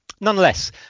Nonetheless